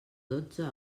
dotze